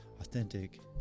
authentic